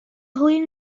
hwyl